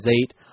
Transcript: eight